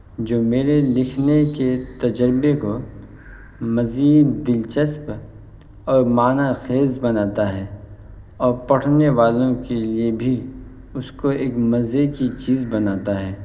جو میرے لکھنے کے تجربے کو مزید دلچسپ اور معنی خیز بناتا ہے اور پڑھنے والوں کے لیے بھی اس کو ایک مزے کی چیز بناتا ہے